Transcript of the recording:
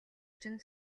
чинь